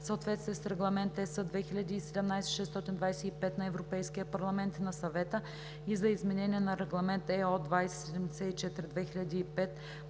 съответствие с Регламент (ЕС) 2017/625 на Европейския парламент и на Съвета и за изменение на Регламент (ЕО) № 2074/2005